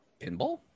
Pinball